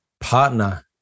partner